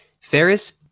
Ferris